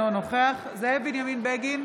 אינו נוכח זאב בנימין בגין,